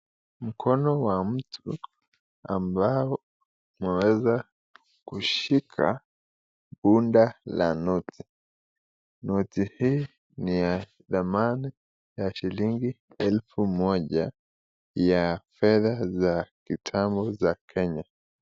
Mkono wa mtu, ambao waweza kushika bunda la noti ,noti hii ni ya thamana ya shillingi elfu moja ,ya fedha za kitambo za Kenya.